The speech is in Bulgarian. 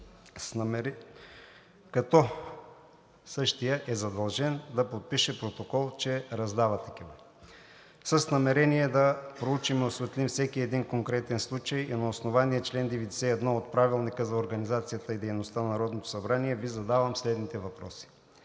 като същият е задължен да подпише протокол, че раздава такива. С намерение да проучим и осветлим всеки един конкретен случай и на основание чл. 91 от Правилника за организацията и дейността на Народното събрание